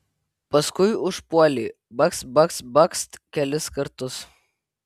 paskui užpuolei bakst bakst bakst kelis kartus